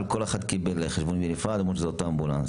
כל אחד קיבל חשבון בנפרד למרות שזה אותו אמבולנס.